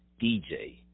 DJ